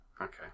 okay